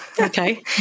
Okay